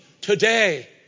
today